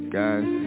guys